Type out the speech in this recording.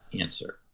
answer